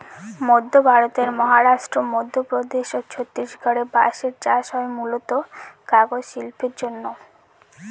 মধ্য ভারতের মহারাষ্ট্র, মধ্যপ্রদেশ ও ছত্তিশগড়ে বাঁশের চাষ হয় মূলতঃ কাগজ শিল্পের জন্যে